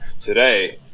today